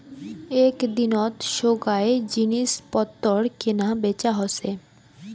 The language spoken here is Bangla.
এক দিনত সোগায় জিনিস পত্তর কেনা বেচা হসে